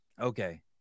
okay